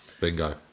Bingo